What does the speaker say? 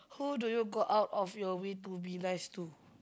who do you go out of your way to be nice to